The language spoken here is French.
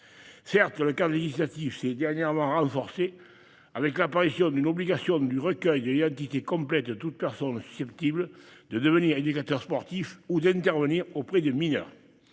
Certes le camp législatif s'est dernièrement renforcée avec l'apparition d'une obligation du recueil de identité complète de toute personne susceptible de devenir éducateur sportif ou d'intervenir auprès de mineurs.